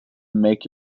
make